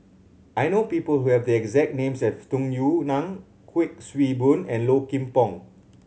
I know people who have the exact name as Tung Yue Nang Kuik Swee Boon and Low Kim Pong